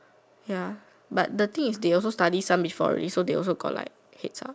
ya but the thing is they also study some before already so they also got like heads up